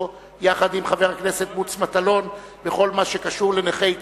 יחד עם חבר הכנסת מוץ מטלון בכל מה שקשור לנכי צה"ל,